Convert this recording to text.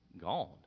gone